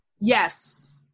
Yes